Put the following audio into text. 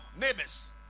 neighbors